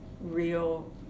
real